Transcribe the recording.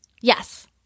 Yes